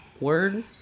Word